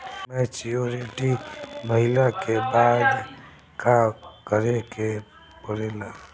Maturity भईला के बाद का करे के पड़ेला?